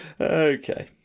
Okay